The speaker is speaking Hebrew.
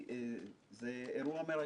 עבורי זה אירוע מרגש.